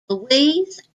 louise